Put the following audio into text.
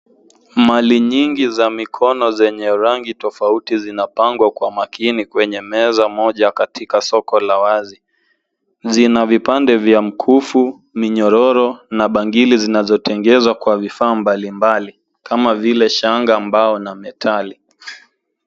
Mali nyingi za mikono zenye rangi tofauti zinapangwa kwa makini kwenye meza moja katika soko la wazi. Zina vipande vya mkufu, minyororo na bangili zinazo tengenezwa kwa vifaa mbali mbali kama vile shanga, mbao na metal.